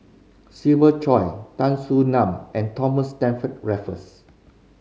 Siva Choy Tan Soo Nan and Thomas Stamford Raffles